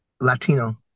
Latino